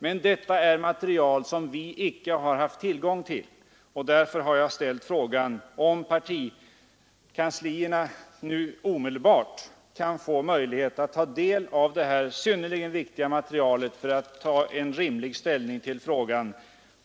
Men detta är material som vi icke har haft tillgång till, och därför har jag ställt frågan om partikanslierna nu omedelbart kan få del av det här synnerligen viktiga materialet för att vi på ett rimligt sätt skall kunna pröva projektet.